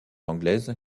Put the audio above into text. anglaise